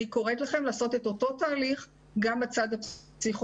אני קוראת לכם לעשות את אותו תהליך גם בצד הפסיכוסוציאלי.